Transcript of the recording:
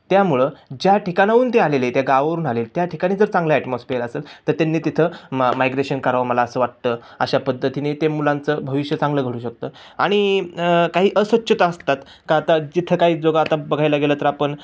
त्यामुळं ज्या ठिकाणाहून ते आलेले त्या गावावरून आले त्या ठिकाणी जर चांगलं ॲटमॉस्फियर असेल तर त्यांनी तिथं मा मायग्रेशन करावं मला असं वाटतं अशा पद्धतीने ते मुलांचं भविष्य चांगलं घडू शकतं आणि काही अस्वच्छता असतात का आता जिथं काही जोगं आता बघायला गेलं तर आपण